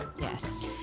yes